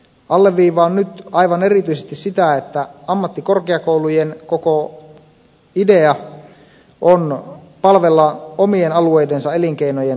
alleviivaan nyt aivan erityisesti sitä että ammattikorkeakoulujen koko idea on palvella omien alueidensa elinkeinojen työvoimatarvetta ja kehittämistä